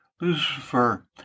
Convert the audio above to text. Lucifer